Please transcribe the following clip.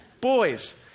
boys